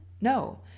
No